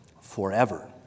forever